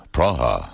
Praha